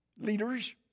leaders